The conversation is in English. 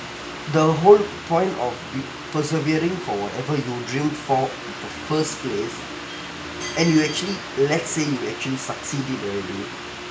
the whole point of you persevering for ever you dream for pers~ and you actually you let's say you actually succeed it already